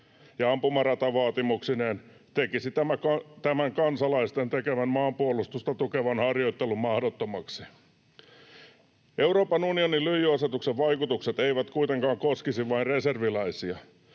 ja ampumaratavaatimuksineen tekisi tämän kansalaisten tekemän maanpuolustusta tukevan harjoittelun mahdottomaksi. Euroopan unionin lyijyasetuksen vaikutukset eivät kuitenkaan koskisi vain reserviläisiä,